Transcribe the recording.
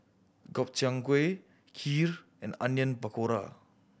Gobchang Gui Kheer and Onion Pakora